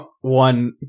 one